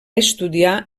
estudiar